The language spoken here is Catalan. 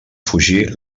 fugir